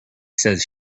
says